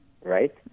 right